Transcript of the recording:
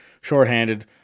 Shorthanded